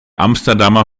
amsterdamer